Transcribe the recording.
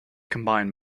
combine